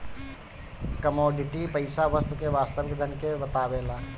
commodity पईसा वस्तु के वास्तविक धन के बतावेला